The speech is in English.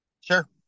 Sure